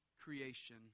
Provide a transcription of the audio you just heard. creation